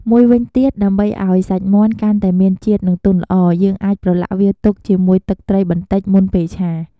មួយវិញទៀត ដើម្បីឱ្យសាច់មាន់កាន់តែមានជាតិ និងទន់ល្អ យើងអាចប្រឡាក់វាទុកជាមួយទឹកត្រីបន្តិច មុនពេលឆា។